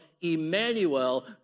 Emmanuel